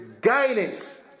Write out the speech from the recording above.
guidance